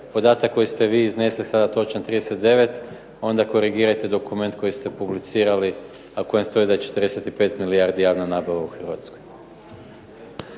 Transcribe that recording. podatak koji ste vi sada iznijeli točan 39 onda korigirajte dokument koji ste publicirali a u kojem stoji da je 45 milijardi javna nabava u Hrvatskoj.